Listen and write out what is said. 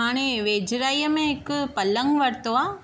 हाणे वेझिराईअ में हिकु पलंग वरितो आहे